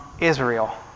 Israel